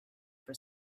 for